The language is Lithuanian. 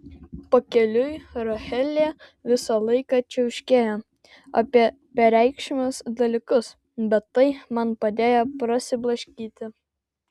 pakeliui rachelė visą laiką čiauškėjo apie bereikšmius dalykus bet tai man padėjo prasiblaškyti